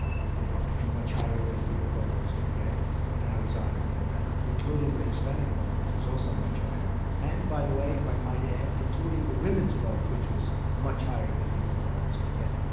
we did you know much higher than people thought i was going to get and i was honored by that, including the hispanic vote, which was also much higher. and, by the way, if i might add, including the women's vote, which was much higher than people thought i was going to get.